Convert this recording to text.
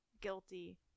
guilty